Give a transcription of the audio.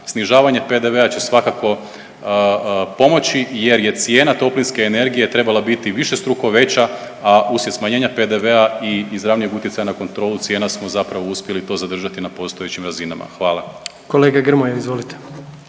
snižavanje PDV-a će svakako pomoći jer je cijena toplinske energije trebala biti višestruko veća, a uslijed smanjenja PDV-a i izravnijeg utjecaja na kontrolu cijena smo zapravo uspjeli to zadržati na postojećim razinama. Hvala. **Jandroković,